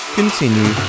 continue